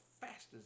fastest